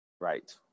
Right